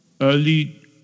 early